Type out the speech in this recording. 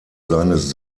seines